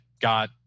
got